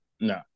No